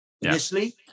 initially